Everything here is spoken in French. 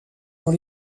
dans